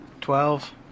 Twelve